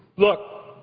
look,